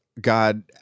God